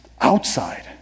outside